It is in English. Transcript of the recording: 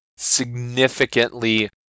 significantly